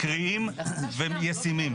קריאים וישימים?